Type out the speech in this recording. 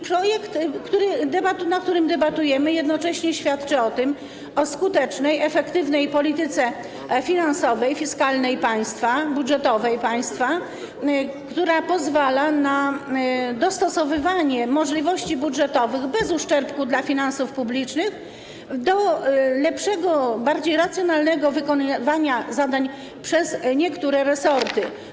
Projekt, nad którym debatujemy, jednocześnie świadczy o skutecznej, efektywnej polityce finansowej, fiskalnej państwa, budżetowej państwa, która pozwala na dostosowywanie możliwości budżetowych bez uszczerbku dla finansów publicznych do lepszego, bardziej racjonalnego wykonywania zadań przez niektóre resorty.